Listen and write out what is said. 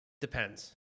Depends